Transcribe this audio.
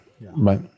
right